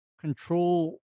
control